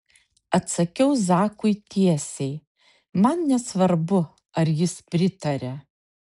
atsakiau zakui tiesiai man nesvarbu ar jis pritaria